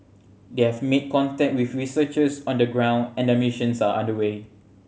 they have made contact with researchers on the ground and their missions are under way